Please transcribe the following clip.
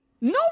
No